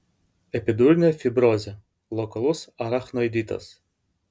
epidurinė fibrozė lokalus arachnoiditas